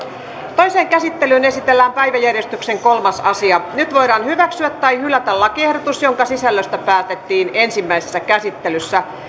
toiseen käsittelyyn esitellään päiväjärjestyksen kolmas asia nyt voidaan hyväksyä tai hylätä lakiehdotus jonka sisällöstä päätettiin ensimmäisessä käsittelyssä